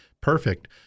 Perfect